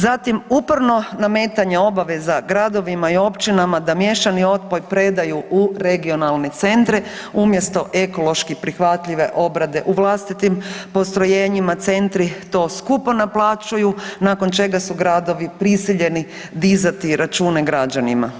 Zatim uporno nametanje obaveza gradovima i općinama da miješani otpad predaju u regionalne centre umjesto ekološki prihvatljive obrade u vlastitim postrojenjima, centri to skupo naplaćuju nakon čega su gradovi prisiljeni dizati račune građanima.